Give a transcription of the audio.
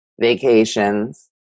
vacations